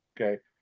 okay